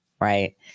Right